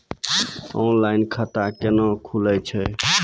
Online खाता केना खुलै छै?